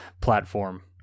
platform